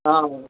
ஆ